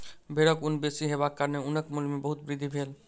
भेड़क ऊन बेसी हेबाक कारणेँ ऊनक मूल्य में बहुत वृद्धि भेल